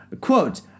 Quote